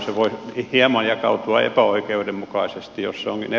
se voi hieman jakautua epäoikeudenmukaisesti